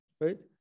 right